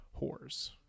whores